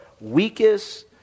weakest